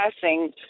passing